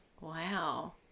Wow